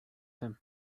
him